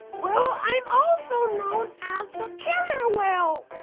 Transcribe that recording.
well i'm also known as the killer whale!